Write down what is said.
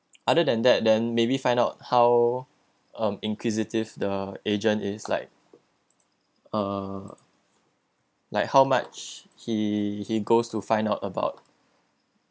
other than that then maybe find out how um inquisitive the agent is like uh like how much he he goes to find out about